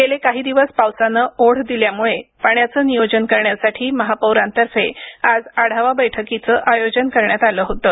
गेले काही दिवस पावसानं ओढ दिल्यामुळे पाण्याचं नियोजन करण्यासाठी महापौरांतर्फे आज आढावा बैठकीचं आयोजन करण्यात आलं होतं